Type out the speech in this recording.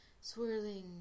swirling